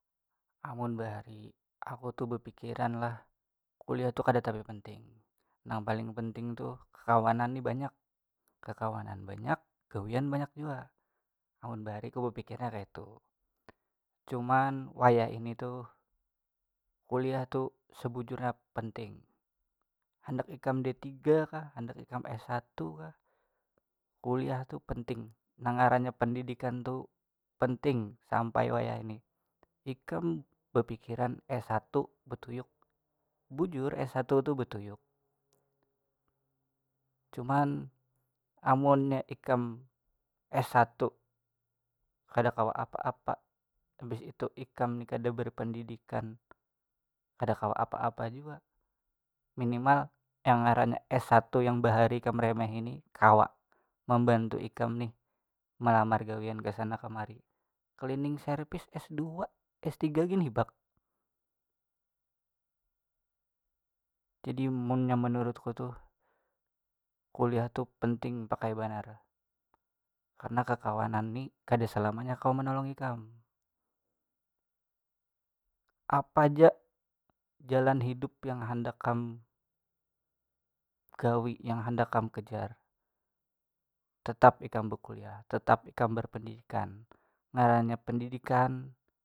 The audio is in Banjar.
Amun bahari aku tu bapikiran lah kuliah tu kada tapi penting nang paling penting tu kakawanan ni banyak kakawanan banyak gawian banyak jua amun bahari aku bapikirnya kayatu, cuman wayahini tuh kuliah tu sabujurnya penting, handak ikam d tiga kah handak ikam s satu kah kuliah tu penting yang ngarannya pandidikan tu penting sampai wayahini, ikam bapikiran s satu batunyuk bujur s satu tu batunyuk cuman amunnya ikam s satu kada kawa apa apa habis itu ikam ni kada barpandidikan kada kawa apa apa jua minimal yang ngarannya s satu yang bahari kam remehi ni kawa mambantu ikam nih malamar gawian kasana kemari cleaning service s dua s tiga gin hibak, jadi munnya manurutku tuh kuliah tu penting pakai banar, karena kakawanan ni kada salamanya kawa menolongi kam apa ja jalan hidup yang handak kam gawi yang handak kam kejar tetap ikam berkuliah tetap ikam barpandidikan ngarannya pendidikan.